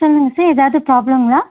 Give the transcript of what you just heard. sir is a ஏதாவது ப்ராப்ளங்களா